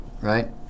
right